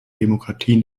demokratien